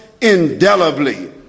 indelibly